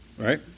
Right